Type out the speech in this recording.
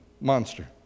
monster